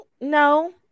No